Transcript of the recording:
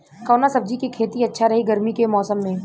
कवना सब्जी के खेती अच्छा रही गर्मी के मौसम में?